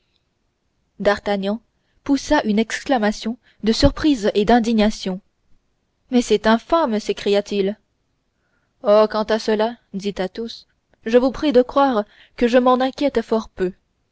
d'artagnan poussa une exclamation de surprise et d'indignation mais c'est infâme s'écria-t-il oh quant à cela dit athos je vous prie de croire que je m'en inquiète fort peu